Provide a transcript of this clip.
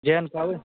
जेहन कहबै